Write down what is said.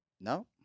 No